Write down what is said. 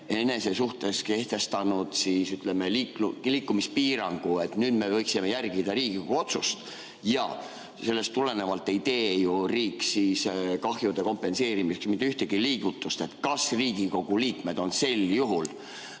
iseenese suhtes kehtestanud, ütleme, liikumispiirangu, et nüüd me võiksime järgida Riigikogu otsust? Sellest tulenevalt ei tee ju riik siis kahjude kompenseerimiseks mitte ühtegi liigutust. Kas Riigikogu liikmed on sel juhul